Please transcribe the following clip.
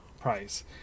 price